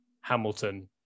Hamilton